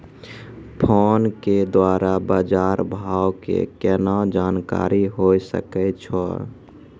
Phone के द्वारा बाज़ार भाव के केना जानकारी होय सकै छौ?